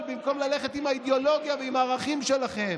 במקום ללכת עם האידיאולוגיה ועם הערכים שלכם,